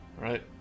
Right